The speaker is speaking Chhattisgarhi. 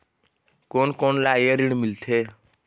कोन कोन ला ये ऋण मिलथे?